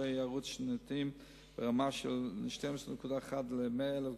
שיעורי היארעות שנתיים ברמה של 12.1 ל-100,000